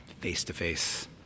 face-to-face